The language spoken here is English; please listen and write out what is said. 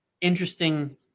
interesting